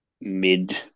mid